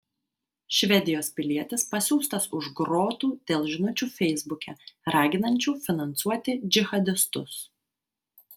švedijos pilietis pasiųstas už grotų dėl žinučių feisbuke raginančių finansuoti džihadistus